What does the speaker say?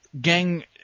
gang